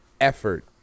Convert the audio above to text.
effort